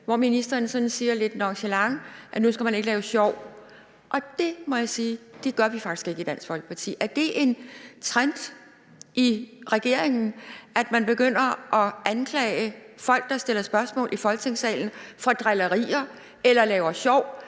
hvor ministeren sådan lidt nonchalant siger, at nu skal man ikke lave sjov. Det må jeg sige at vi faktisk ikke gør i Dansk Folkeparti. Er det en trend i regeringen, at man begynder at anklage folk, der stiller spørgsmål i Folketingssalen, for at drille eller lave sjov?